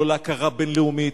לא להכרה בין-לאומית,